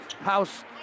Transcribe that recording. House